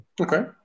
Okay